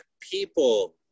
people